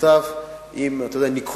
מכתב עם ניקוד,